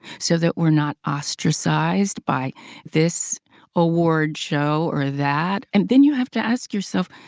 so that we're not ostracized by this award show or that? and then you have to ask yourself,